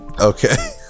Okay